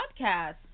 podcast